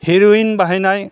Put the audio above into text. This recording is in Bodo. हिर'येन बाहायनाय